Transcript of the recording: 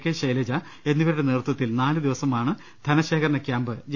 K Shailaja എന്നിവരു ടെ നേതൃത്വത്തിൽ നാല് ദിവസമാണ് ധ്നശേഖരണ ക്യാമ്പ് നട ത്തിയത്